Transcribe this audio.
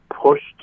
pushed